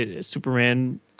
Superman